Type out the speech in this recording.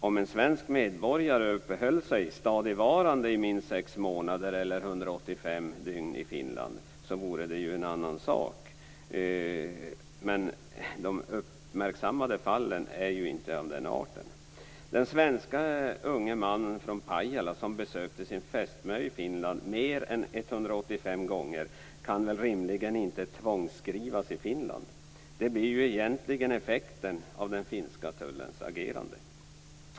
Om en svensk medborgare uppehöll sig stadigvarande i minst sex månader eller 185 dygn i Finland, vore det ju en annan sak. Men de uppmärksammade fallen är ju inte av den arten. Den svenske unge mannen från Pajala som besökte sin fästmö i Finland mer än 185 gånger kan väl rimligen inte tvångsskrivas i Finland. Det blir ju egentligen effekten av den finska tullens agerande.